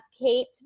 Kate